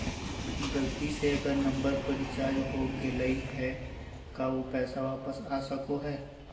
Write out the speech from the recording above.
गलती से अलग नंबर पर रिचार्ज हो गेलै है का ऊ पैसा वापस आ सको है?